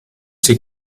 she